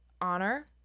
honor